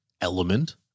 element